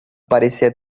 parecia